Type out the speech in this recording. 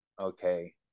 okay